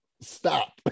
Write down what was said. stop